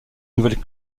nouvelles